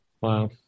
Wow